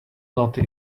naughty